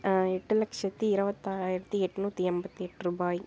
எட்டு லட்சத்தி இருபத்தாறாயிரத்தி எண்ணூத்தி எண்பத்தி எட்டுரூவாய்